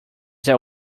that